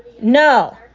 no